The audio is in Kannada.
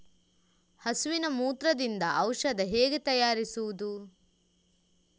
ಹಸುವಿನ ಮೂತ್ರದಿಂದ ಔಷಧ ಹೇಗೆ ತಯಾರಿಸುವುದು?